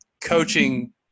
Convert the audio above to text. coaching